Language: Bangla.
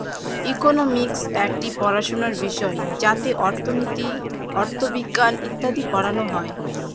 ইকোনমিক্স একটি পড়াশোনার বিষয় যাতে অর্থনীতি, অথবিজ্ঞান ইত্যাদি পড়ানো হয়